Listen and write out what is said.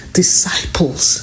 disciples